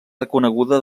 reconeguda